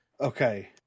Okay